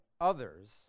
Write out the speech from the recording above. others